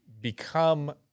become